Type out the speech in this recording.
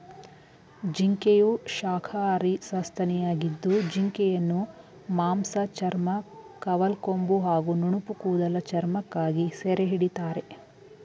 ಜಿಂಕೆಯು ಶಾಖಾಹಾರಿ ಸಸ್ತನಿಯಾಗಿದ್ದು ಜಿಂಕೆಯನ್ನು ಮಾಂಸ ಚರ್ಮ ಕವಲ್ಕೊಂಬು ಹಾಗೂ ನುಣುಪುಕೂದಲ ಚರ್ಮಕ್ಕಾಗಿ ಸೆರೆಹಿಡಿತಾರೆ